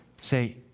say